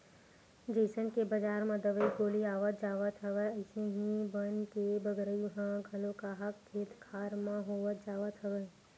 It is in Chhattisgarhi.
जइसन के बजार म दवई गोली आवत जावत हवय अइसने ही बन के बगरई ह घलो काहक खेत खार म होवत जावत हवय